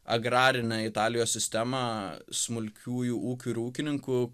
agrarinę italijos sistemą smulkiųjų ūkių ir ūkininkų